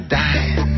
dying